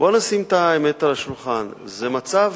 בואו נשים את האמת על השולחן: זה לא